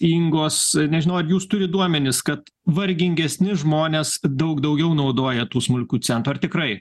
ingos nežinau ar jūs turit duomenis kad vargingesni žmonės daug daugiau naudoja tų smulkių centų ar tikrai